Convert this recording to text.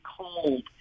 cold